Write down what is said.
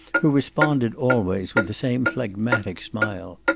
who responded always with the same phlegmatic smile.